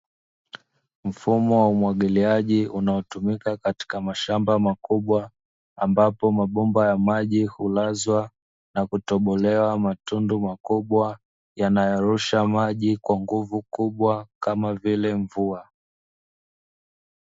Mfumo wa umwagiliaji unaotumika katika mashamba makubwa, ambapo mabomba ya maji hulazwa na kutobolewa matundu makubwa, yanayorusha maji kwa nguvu kubwa, kama vile mvua.